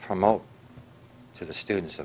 promote to the students